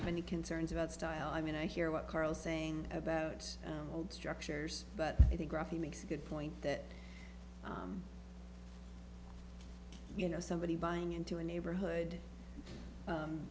have any concerns about style i mean i hear what karl saying about old structures but i think graffy makes a good point that you know somebody buying into a neighborhood